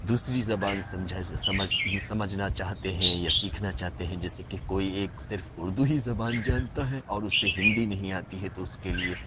دوسری زبان سمجھا سمجھنا چاہتے ہیں یا سیکھنا چاہتے ہیں جیسے کہ کوئی ایک صرف اردو ہی زبان جانتا ہے اور اسے ہندی نہیں آتی ہے تو اس کے لیے